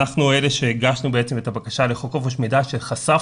אנחנו אלה שהגשנו את הבקשה לחוק חופש מידע שחשפנו